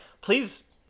Please